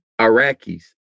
Iraqis